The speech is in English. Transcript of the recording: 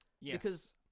Yes